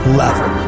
level